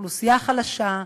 לאוכלוסייה חלשה,